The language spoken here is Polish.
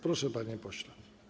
Proszę, panie pośle.